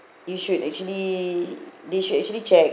you should actually they should actually check